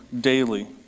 daily